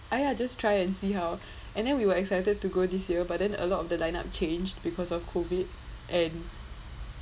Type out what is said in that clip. !aiya! just try and see how and then we were excited to go this year but then a lot of the lineup changed because of COVID and